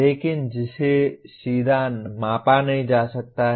लेकिन जिसे सीधे मापा नहीं जा सकता है